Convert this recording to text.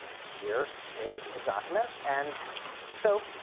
here is a document. and so,